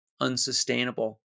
unsustainable